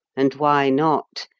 and why not?